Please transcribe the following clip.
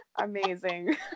amazing